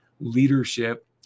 leadership